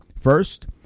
First